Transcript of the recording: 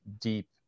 deep